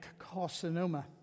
carcinoma